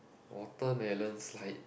watermelon slide